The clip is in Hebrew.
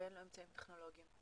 ואין לו אמצעים טכנולוגיים?